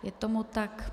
Je tomu tak.